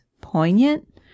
poignant